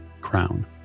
crown